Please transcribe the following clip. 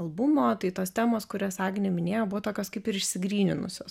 albumo tai tos temos kurias agnė minėjo buvo tokios kaip ir išsigryninusios